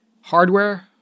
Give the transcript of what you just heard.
hardware